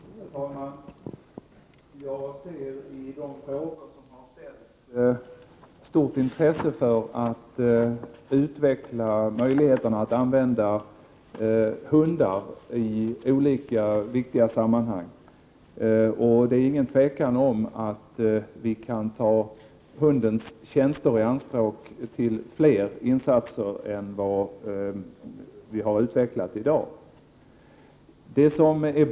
Herr talman! I de frågor som har ställts kan jag utläsa ett stort intresse för att man skall utveckla möjligheterna att använda hundar i olika viktiga sammanhang. Det är inget tvivel om att vi kan ta hundarnas tjänster i anspråk för fler insatser än vad vi gör i dag.